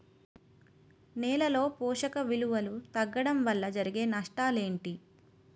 నేలలో పోషక విలువలు తగ్గడం వల్ల జరిగే నష్టాలేంటి?